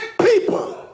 people